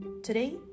Today